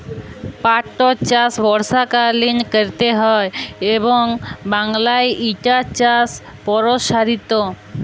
পাটটর চাষ বর্ষাকালীন ক্যরতে হয় এবং বাংলায় ইটার চাষ পরসারিত